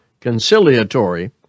conciliatory